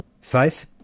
Faith